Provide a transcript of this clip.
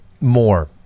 more